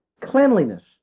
Cleanliness